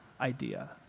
idea